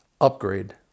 upgrade